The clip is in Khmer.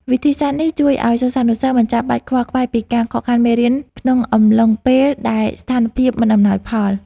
វិធីសាស្ត្រនេះជួយឱ្យសិស្សានុសិស្សមិនចាំបាច់ខ្វល់ខ្វាយពីការខកខានមេរៀនក្នុងអំឡុងពេលដែលស្ថានភាពមិនអំណោយផល។